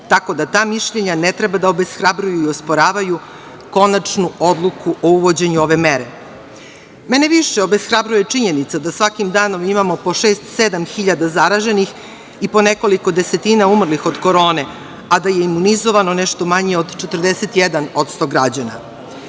tako da ta mišljenja ne treba da obeshrabruju i osporavaju konačnu odluku o uvođenju ove mere. Mene više obeshrabruje činjenica da svakim danom imamo po šest, sedam hiljada zaraženih i po nekoliko desetina umrlih od korone, a da je imunizovano nešto manje od 41% građana. Juče